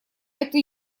это